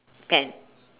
pant